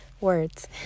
Words